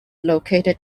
located